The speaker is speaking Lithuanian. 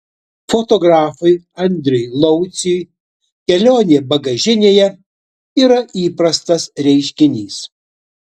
fotografui andriui lauciui kelionė bagažinėje yra įprastas reiškinys